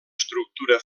estructura